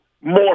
more